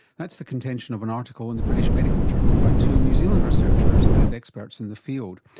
that's the contention of an article in the british medical journal by two new zealand researchers and experts in the field.